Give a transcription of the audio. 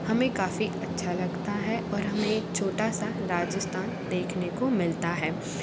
हमें काफ़ी अच्छा लगता है और हमें एक छोटा सा राजस्थान देखने को मिलता है